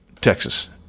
texas